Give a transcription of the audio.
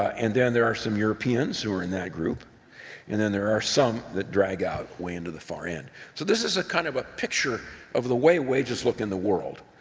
and then there are some europeans in that group and then there are some that drag out way into the far end. so this is a kind of a picture of the way wages look in the world.